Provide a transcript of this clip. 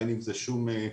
אין עם זה שום בעיה.